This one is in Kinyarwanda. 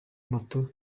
moto